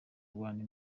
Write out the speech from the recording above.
rwanda